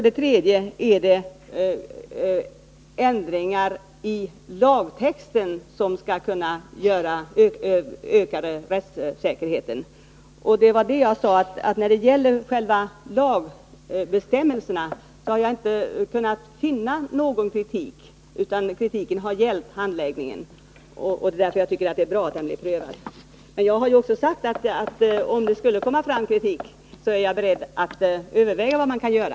Den tredje frågan gällde ändringar i lagtexten för att öka rättssäkerheten. Jag sade tidigare att jag inte har kunnat finna att det anförts någon kritik i fråga om själva lagbestämmelserna, utan kritiken har gällt handläggningen. Det är därför jag tycker det är bra att den blir prövad. Men jag sade också att om kritik beträffande lagbestämmelserna skulle komma fram, så är jag beredd att överväga vad man kan göra.